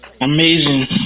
Amazing